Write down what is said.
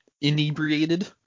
inebriated